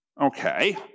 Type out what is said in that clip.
Okay